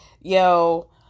yo